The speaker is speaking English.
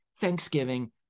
thanksgiving